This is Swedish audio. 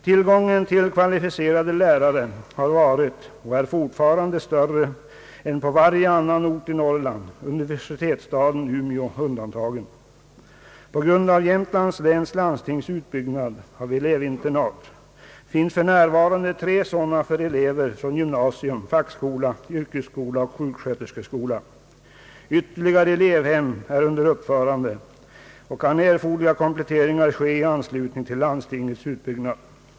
Tillgången på kvalificerade lärare har varit och är fortfarande större än på varje annan ort i Norrland — universitetsstaden Umeå undantagen. På grund av Jämtlands läns landstings utbyggnad av elevinternat finns för närvarande tre sådana för elever från gymnasium, fackskola, yrkesskola och sjuksköterskeskola. Ytterligare elevhem är under uppförande, och erforderliga kompletteringar kan ske i anslutning till landstingets utbyggnad.